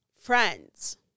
friends